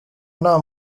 nta